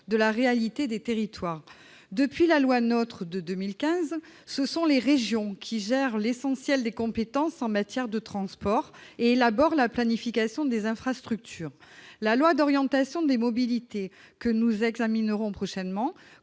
de la réalité des territoires. Depuis la loi NOTRe de 2015, ce sont les régions qui gèrent l'essentiel des compétences en matière de transports et élaborent la planification des infrastructures. La loi d'orientation des mobilités, que nous examinerons prochainement,